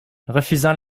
refusant